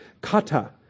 kata